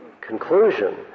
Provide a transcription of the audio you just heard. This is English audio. conclusion